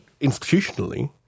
institutionally